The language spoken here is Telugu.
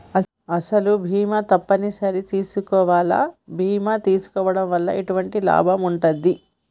అసలు బీమా తప్పని సరి చేసుకోవాలా? బీమా చేసుకోవడం వల్ల ఎటువంటి లాభం ఉంటది?